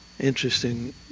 interesting